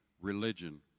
religion